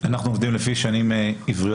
אנחנו עובדים לפי שנים עבריות,